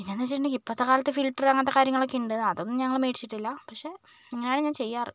പിന്നെയെന്ന് വെച്ചിട്ടുണ്ടെങ്കിൽ ഇപ്പോഴത്തെ കാലത്ത് ഫിൽറ്റർ അങ്ങനത്തെ കാര്യങ്ങളൊക്കെ ഉണ്ട് അതൊന്നും ഞങ്ങൾ മേടിച്ചിട്ടില്ല പക്ഷെ ഇങ്ങനെയാണ് ഞാൻ ചെയ്യാറ്